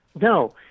No